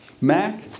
Mac